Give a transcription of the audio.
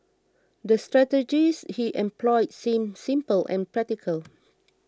the strategies he employed seemed simple and practical